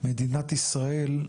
מדינת ישראל,